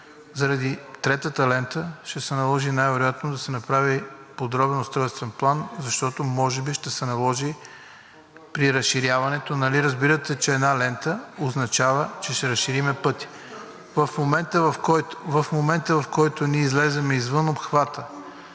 заради третата лента, ще се наложи най-вероятно да се направи Подробен устройствен план, защото може би ще се наложи при разширяването, нали разбирате, че една лента означава, че ще разширим пътя. (Шум и реплики.) В момента, в който ние излезем извън обхвата